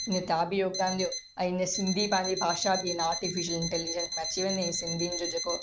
ईअं तव्हां बि योगदान ॾियो ऐं इन सिंधी पंहिंजी भाषा बि इन आर्टिफिशियल इंटैलिजेंस में अची वेंदी ऐं सिंधियुनि जो जेको